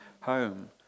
home